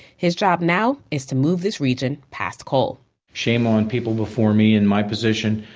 his job now is to move this region past coal shame on people before me in my position,